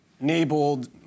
enabled